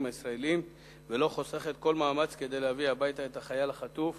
ישראליים ולא חוסכת כל מאמץ כדי להביא הביתה את החייל החטוף